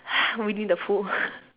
winnie the pooh